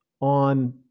on